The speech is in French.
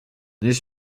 naît